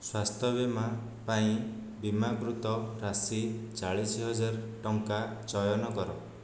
ସ୍ଵାସ୍ଥ୍ୟ ବୀମା ପାଇଁ ବୀମାକୃତ ରାଶି ଚାଳିଶି ହଜାର ଟଙ୍କା ଚୟନ କର